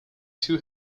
two